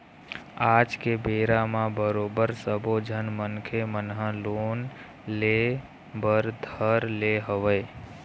आज के बेरा म बरोबर सब्बो झन मनखे मन ह लोन ले बर धर ले हवय